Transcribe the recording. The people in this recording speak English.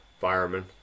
fireman